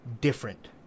Different